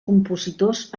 compositors